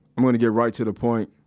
i'm gonna get right to the point.